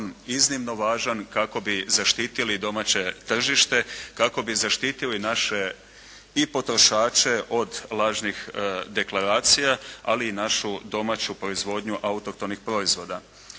iznimno važan kako bi zaštitili domaće tržište, kako bi zaštitili naše i potrošače od lažnih deklaracija, ali i našu domaću proizvodnju autohtonih proizvoda.